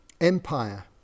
Empire